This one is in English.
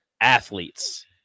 athletes